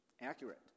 accurate